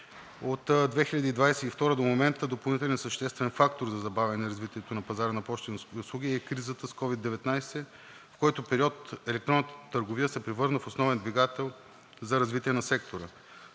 От 2022 г. до момента допълнителен съществен фактор за забавяне развитието на пазара на пощенските услуги е кризата с COVID-19, в който период електронната търговия се превърна в основен двигател за развитие на сектора.